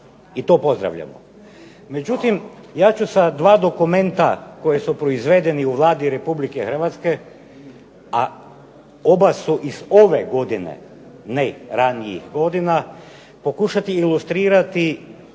I to pozdravljamo. Međutim, ja ću sa dva dokumenta koja su proizvedena u Vladi Republike Hrvatske a oba su iz ove godine, ne ranijih godina, pokušati ilustrirati